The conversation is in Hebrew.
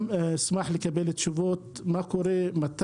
אשמח לקבל תשובות לגבי מה קורה עם זה,